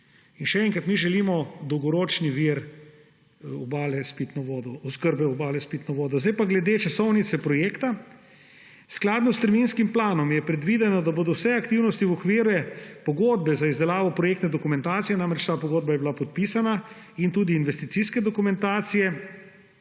In še enkrat, mi želimo dolgoročni vir oskrbe Obale s pitno vodo. Zdaj pa glede časovnice projekta. Skladno s terminskim planom je predvideno, da bodo vse aktivnosti v okviru pogodbe za izdelavo projektne dokumentacije; namreč ta pogodba je bila podpisana in tudi investicijske dokumentacije